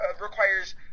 requires